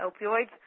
opioids